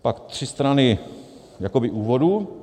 Pak tři strany jakoby úvodu.